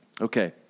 Okay